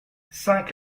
cinq